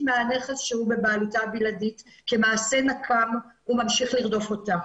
מהנכס שהוא בבעלותה הבלעדית כמעשה נקם וממשיך לרדוף אותה.